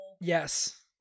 Yes